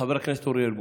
חבר הכנסת אוריאל בוסו,